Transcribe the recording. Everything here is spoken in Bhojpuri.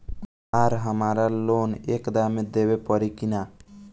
आर हमारा लोन एक दा मे देवे परी किना?